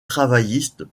travailliste